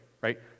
right